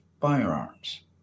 firearms